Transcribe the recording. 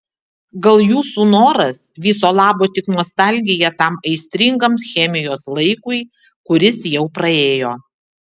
gal jūsų noras viso labo tik nostalgija tam aistringam chemijos laikui kuris jau praėjo